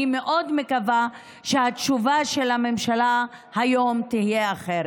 אני מאוד מקווה שהתשובה של הממשלה היום תהיה אחרת.